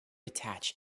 attach